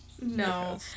No